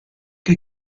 che